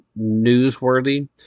newsworthy